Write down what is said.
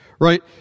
right